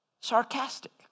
sarcastic